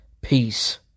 peace